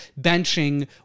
benching